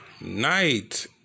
night